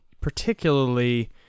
particularly